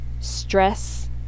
stress